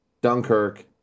dunkirk